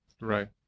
Right